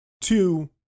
Two